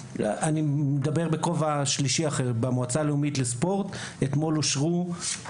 אני חייב להגיד משהו כי אני רוצה להחזיר,